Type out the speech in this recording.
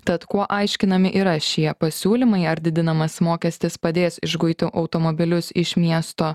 tad kuo aiškinami yra šie pasiūlymai ar didinamas mokestis padės išguiti automobilius iš miesto